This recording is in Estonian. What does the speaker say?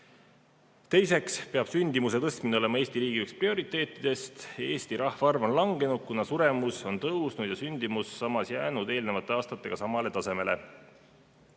Teiseks peab sündimuse tõstmine olema Eesti riigi üks prioriteetidest. Eesti rahvaarv on langenud, kuna suremus on tõusnud ja sündimus samas jäänud eelnevate aastatega samale tasemele. Peale